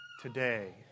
today